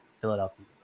Philadelphia